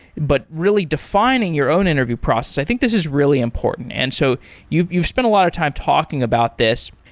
but really defining your own interview process, i think this is really important. and so so you've spend a lot of time talking about this.